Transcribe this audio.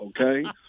okay